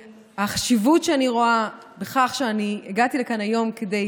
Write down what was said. החשיבות שאני רואה בכך שהגעתי לכאן היום כדי